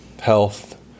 health